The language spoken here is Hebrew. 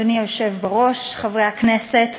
אדוני היושב בראש, חברי הכנסת,